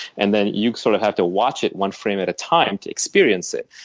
and then you sort of have to watch it one frame at a time to experience it.